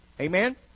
Amen